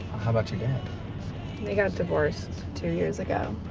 how about your dad? they got divorced two years ago.